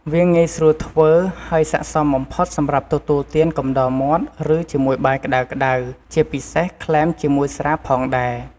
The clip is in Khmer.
វាងាយស្រួលធ្វើ ហើយស័ក្តិសមបំផុតសម្រាប់ទទួលទានកំដរមាត់ ឬជាមួយបាយក្ដៅៗ ជាពិសេសក្លែមជាមួយស្រាផងដែរ។